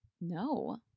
No